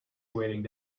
waiting